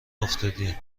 افتادی